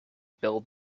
build